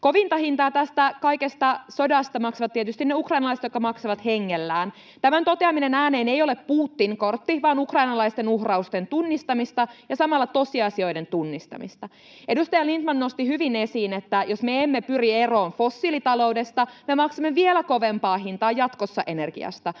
Kovinta hintaa tästä kaikesta, sodasta, maksavat tietysti ne ukrainalaiset, jotka maksavat hengellään. Tämän toteaminen ääneen ei ole Putin-kortti vaan ukrainalaisten uhrausten tunnistamista ja samalla tosiasioiden tunnistamista. Edustaja Lindtman nosti hyvin esiin, että jos me emme pyri eroon fossiilitaloudesta, jatkossa me maksamme vielä kovempaa hintaa energiasta,